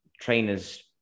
trainers